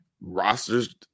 Rosters